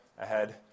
ahead